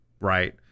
right